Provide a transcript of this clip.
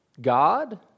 God